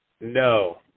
No